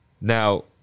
Now